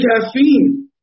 caffeine